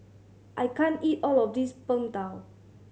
I can't eat all of this Png Tao